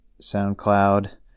SoundCloud